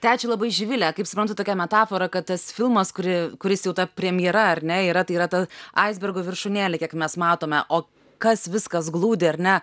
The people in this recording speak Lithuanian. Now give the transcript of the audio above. tai ačiū labai živile kaip suprantu tokia metafora kad tas filmas kurį kuris jau ta premjera ar ne yra tai yra ta aisbergo viršūnėlė kiek mes matome o kas viskas glūdi ar ne